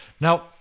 Now